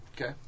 Okay